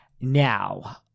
Now